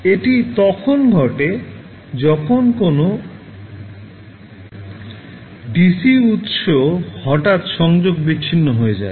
এটি তখন ঘটে যখন কোনও DC উৎস হঠাৎ সংযোগ বিচ্ছিন্ন হয়ে যায়